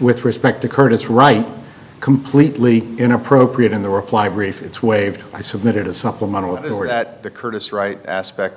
with respect to curtis wright completely inappropriate in the reply brief it's waived i submitted a supplemental order that the curtis right aspect